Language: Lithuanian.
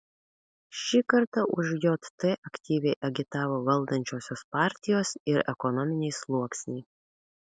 šį kartą už jt aktyviai agitavo valdančiosios partijos ir ekonominiai sluoksniai